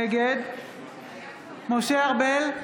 נגד משה ארבל,